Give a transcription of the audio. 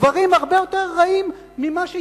דברים הרבה יותר רעים ממה שיהודים,